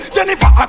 Jennifer